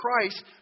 Christ